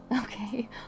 Okay